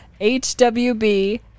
HWB